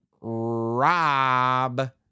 Rob